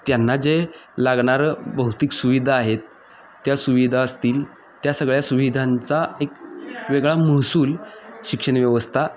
त्यांना जे लागणारं भौतिक सुविधा आहेत त्या सुविधा असतील त्या सगळ्या सुविधांचा एक वेगळा महसूल शिक्षण व्यवस्था